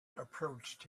approached